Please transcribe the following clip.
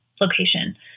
location